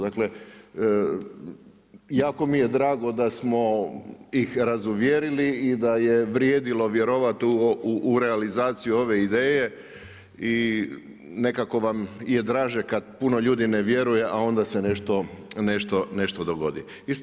Dakle, jako mi je drago da smo ih razuvjerili i da je vrijedilo vjerovati u realizaciju ove ideje i nekako vam je draže kad puno ljudi ne vjeruje a onda se nešto dogodi.